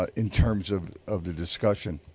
ah in terms of of the discussion.